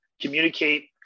Communicate